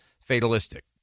Fatalistic